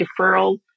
deferral